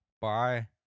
bye